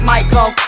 Michael